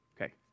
Okay